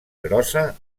grossa